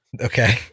Okay